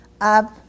up